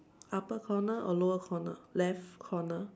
upper corner or lower corner left corner